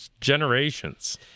generations